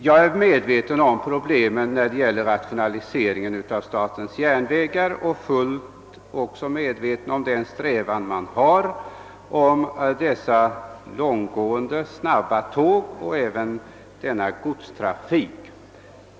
Jag är medveten om SJ:s rationaliseringsproblem liksom också om strävandena beträffande de långgående snabba tågen och godstrafiken.